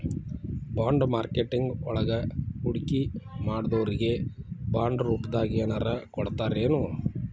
Bond marketing ವಳಗ ಹೂಡ್ಕಿಮಾಡ್ದೊರಿಗೆ ಬಾಂಡ್ರೂಪ್ದಾಗೆನರ ಕೊಡ್ತರೆನು?